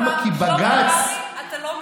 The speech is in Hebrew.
שלמה קרעי, אתה לא מיעוט.